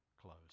close